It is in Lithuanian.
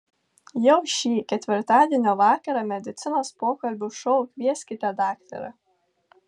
jau šį ketvirtadienio vakarą medicinos pokalbių šou kvieskite daktarą